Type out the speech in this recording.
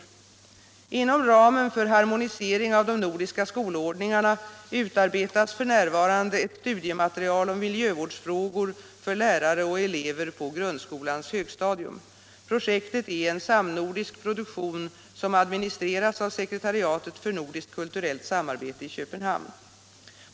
15 mars 1977 Inom ramen för harmonisering av de nordiska skolordningarna ut= CU arbetas f. n. ett studiematerial om miljövårdsfrågor för lärare och elever. Om undervisning i på grundskolans högstadium. Projektet är en samnordisk produktion, skolan om behovet som administreras av sekretariatet för nordiskt kulturellt samarbete i = av att tillvarata Köpenhamn.